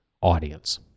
audience